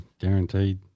Guaranteed